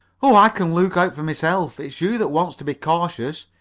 oh, i can look out for myself. it's you that wants to be cautious.